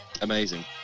Amazing